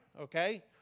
okay